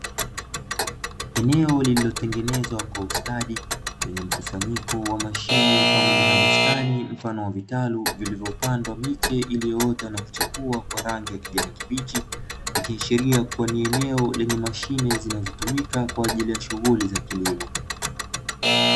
Eneo lililotengenezwa kwa ustadi lenye mkusanyiko wa mashine pamoja na bustani mfano wa vitaru, viliyopandwa miche iliyoota na kuchipuwa kijani kibichi; ikiashiria kuwa ni eneo lenye mashine zinazotumika kwa ajili ya kilimo.